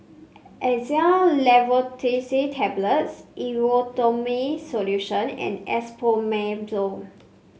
Xyzal Levocetirizine Tablets Erythroymycin Solution and Esomeprazole